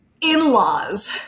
In-laws